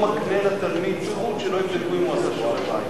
לא מקנה לתלמיד זכות שלא יבדקו אם הוא לא עשה שיעורי-בית.